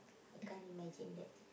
I can't imagine that